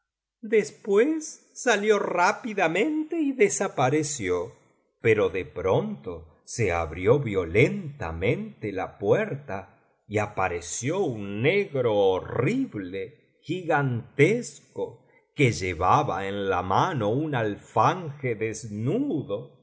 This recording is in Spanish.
después salió rápidamente y desapareció pero de pronto se abrió violentamente la puerta y apareció un negro horrible gigantesco que llevaba en la mano un alfanje desnudo y